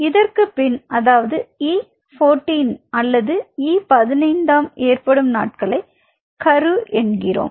இதற்க்கு பின் அதாவது E14 மற்றும் E15ம் ஏற்படும் நாட்களை பீட்டஸ் என்கிறோம்